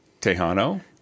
Tejano